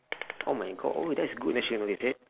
oh my god oh that's good